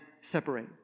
separate